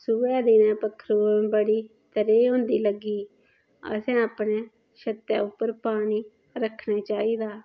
सोहे दे दिनें च पक्खरु गी बडी त्रेह् होंदी लग्गी दी असें अपने छत्तै उप्पर पानी रक्खना चाहिदा